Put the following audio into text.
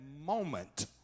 moment